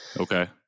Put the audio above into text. Okay